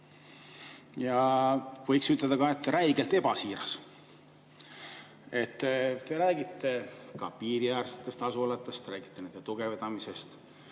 ja võiks ka ütelda, et räigelt ebasiiras. Te räägite ka piiriäärsetest asulatest, räägite nende tugevdamisest,